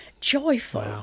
joyful